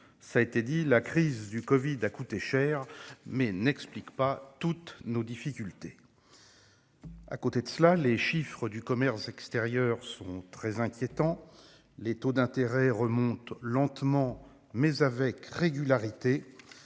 Si la crise du covid-19 a coûté cher, elle n'explique pas toutes nos difficultés. Les chiffres du commerce extérieur sont très inquiétants. Les taux d'intérêt remontent lentement, mais avec régularité.